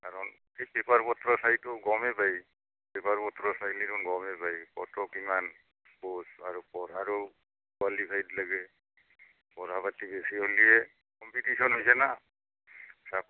কাৰণ এই পেপাৰ পত্ৰ চাইতো গ'মেই পায় পেপাৰ পত্ৰ চালে দেখোঁ গ'মেই পাই ক'ত কিমান পোষ্ট আৰু পঢ়াৰো কোৱালিফাইড লাগে পঢ়া পাতি বেছি হ'লেহে কম্পিটিছন হৈছে না চাক